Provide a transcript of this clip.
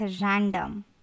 random